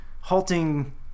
halting